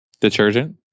detergent